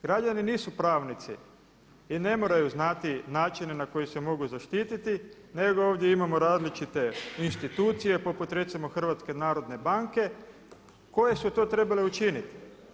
Građani nisu pravnici i ne moraju znati načine na koje se mogu zaštititi nego ovdje imamo različite institucije poput recimo HNB-a koje su to trebale učiniti.